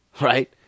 right